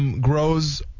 grows